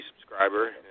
subscriber